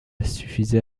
suffisait